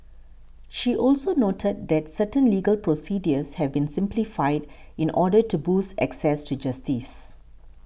she also noted that certain legal procedures have been simplified in order to boost access to justice